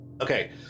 Okay